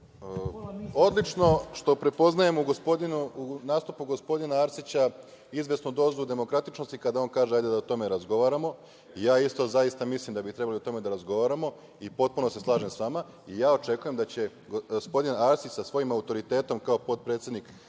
Odlično što prepoznajemo u nastupu gospodina Arsića izvesnu dozu demokratičnosti kada on kaže - hajde da o tome razgovaramo. Zaista isto mislim da bi o tome trebali da razgovaramo i potpuno se slažem sa vama i očekujem da će gospodin Arsić sa svojim autoritetom, ako potpredsednik